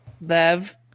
Bev